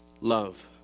Love